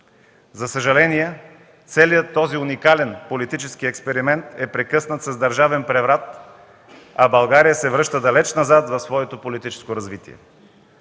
За съжаление целият този уникален политически експеримент е прекъснат с държавен преврат, а България се връща далече назад в своето политическо развитие.